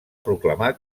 proclamar